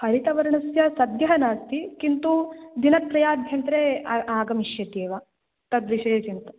हरितवर्णस्य सद्यः नास्ति किन्तु दिनत्रयाभ्यन्तरे आगमिष्यति एव तद्विषये चिन्ता